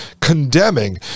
condemning